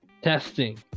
Testing